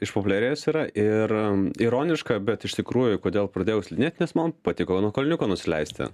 išpopuliarėjęs yra ir ironiška bet iš tikrųjų kodėl pradėjau slidinėt nes man patiko nuo kalniuko nusileisti